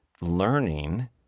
learning